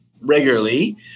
regularly